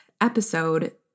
episode